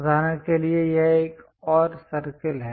उदाहरण के लिए यह एक और सर्कल है